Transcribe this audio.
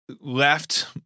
left